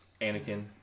Anakin